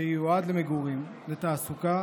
שייועד למגורים, לתעסוקה